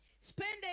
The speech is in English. spend